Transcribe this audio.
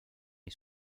les